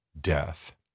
death